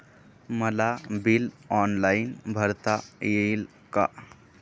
मला bill online भरता येईल का?